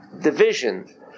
division